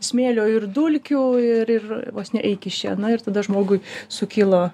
smėlio ir dulkių ir ir vos ne eik iš čia na ir tada žmogui sukilo